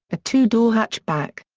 a two-door hatchback.